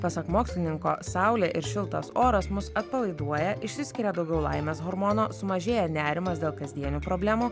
pasak mokslininko saulė ir šiltas oras mus atpalaiduoja išsiskiria daugiau laimės hormono sumažėja nerimas dėl kasdienių problemų